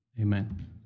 Amen